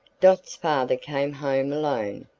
dot's father came home alone,